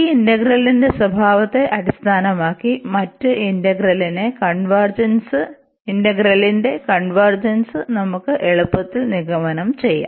ഈ ഇന്റഗ്രലിന്റെ സ്വഭാവത്തെ അടിസ്ഥാനമാക്കി മറ്റ് ഇന്റഗ്രലിന്റെ കൺവെർജെൻസ് നമുക്ക് എളുപ്പത്തിൽ നിഗമനം ചെയ്യാം